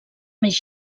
més